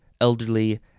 Elderly